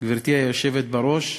גברתי היושבת בראש,